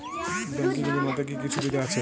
Banking বিমাতে কি কি সুবিধা আছে?